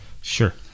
Sure